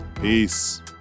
Peace